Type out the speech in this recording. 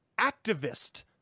activist